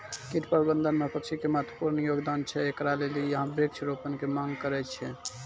कीट प्रबंधन मे पक्षी के महत्वपूर्ण योगदान छैय, इकरे लेली यहाँ वृक्ष रोपण के मांग करेय छैय?